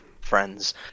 friends